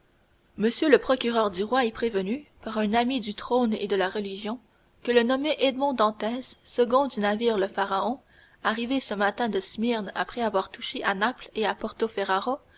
monsieur le procureur du roi est prévenu par un ami du trône et de la religion que le nommé edmond dantès second du navire le pharaon arrivé ce matin de smyrne après avoir touché à naples et à